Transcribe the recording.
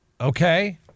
Okay